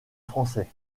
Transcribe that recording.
français